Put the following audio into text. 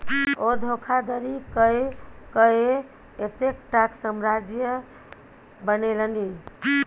ओ धोखाधड़ी कय कए एतेकटाक साम्राज्य बनेलनि